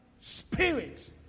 Spirit